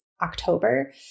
October